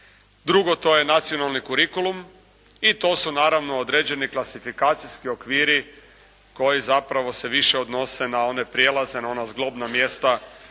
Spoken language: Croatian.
Drugo, to je nacionalni kurikulum i to su naravno određene klasifikacijski okviri koji zapravo se više odnose na one prijelaze, na ona zglobna mjesta osnovne,